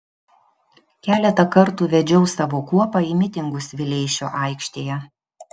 keletą kartų vedžiau savo kuopą į mitingus vileišio aikštėje